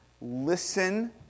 listen